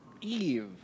Eve